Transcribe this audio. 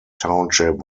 township